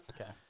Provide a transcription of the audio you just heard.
Okay